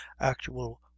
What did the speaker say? actual